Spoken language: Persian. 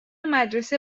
مدرسه